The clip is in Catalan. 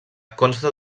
consta